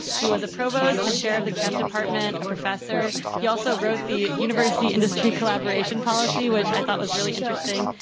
he was a provost, the chair of the chem department, a professor. he also wrote the university industry collaboration policy, which i thought was really interesting,